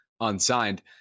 unsigned